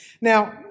Now